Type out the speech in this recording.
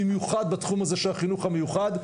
במיוחד בתחום הזה של החינוך המיוחד,